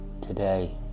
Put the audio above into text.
today